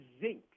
zinc